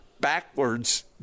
backwards